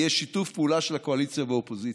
יהיה שיתוף פעולה של הקואליציה והאופוזיציה.